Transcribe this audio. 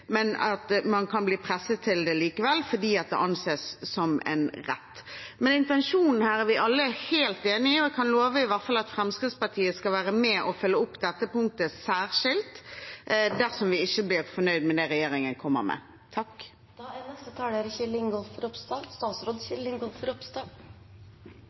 det fordi det anses som en rett. Men intensjonen her er vi alle helt enig i, og jeg kan i hvert fall love at Fremskrittspartiet skal være med og følge opp dette punktet, særskilt dersom vi ikke blir fornøyd med det regjeringen kommer med. Først vil jeg takke komiteen for en god og viktig debatt. Barnevernet er